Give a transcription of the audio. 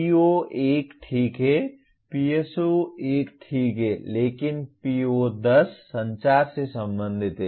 PO1 ठीक है PSO1 ठीक है लेकिन PO10 संचार से संबंधित है